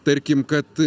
tarkim kad